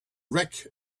wreck